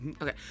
okay